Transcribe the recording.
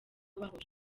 bahora